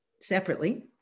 separately